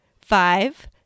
five